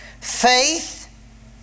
Faith